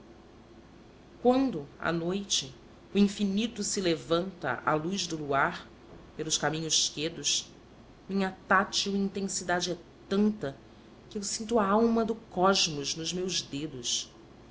quando à noite o infinito se levanta à luz do luar pelos caminhos quedos minha tátil intensidade é tanta que eu sinto a alma do cosmos nos meus dedos